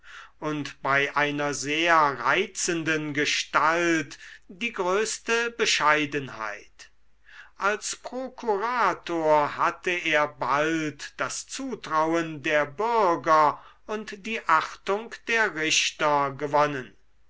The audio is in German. und bei einer sehr reizenden gestalt die größte bescheidenheit als prokurator hatte er bald das zutrauen der bürger und die achtung der richter gewonnen